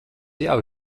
jau